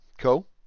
cool